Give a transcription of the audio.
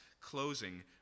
closing